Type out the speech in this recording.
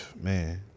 Man